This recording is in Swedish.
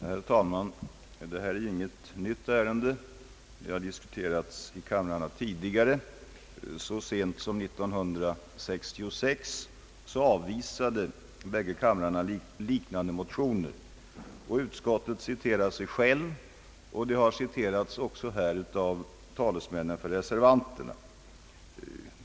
Herr talman! Detta är inget nytt ärende, utan det har diskuterats i kamrarna tidigare. Så sent som 1966 avvisade båda kamrarna liknande motioner. Utskottet citerar sig självt och har också citerats av företrädare för reservationerna.